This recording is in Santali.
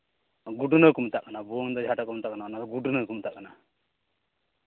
ᱜᱩᱰᱱᱟᱹ ᱠᱚ ᱢᱮᱛᱟᱜ ᱠᱟᱱᱟ ᱵᱷᱩᱣᱟᱹᱝ ᱫᱚ ᱡᱟᱦᱟᱸᱴᱟᱜ ᱠᱚ ᱢᱮᱛᱟᱜ ᱠᱟᱱᱟ ᱜᱩᱰᱱᱟᱹ ᱠᱚ ᱢᱮᱛᱟᱜ ᱠᱟᱱᱟ